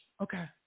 Okay